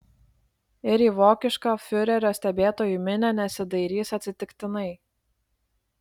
ir į vokišką fiurerio stebėtojų minią nesidairys atsitiktinai